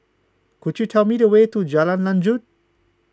could you tell me the way to Jalan Lanjut